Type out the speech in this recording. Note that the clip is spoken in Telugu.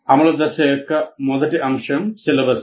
అమలు దశ యొక్క మొదటి అంశం సిలబస్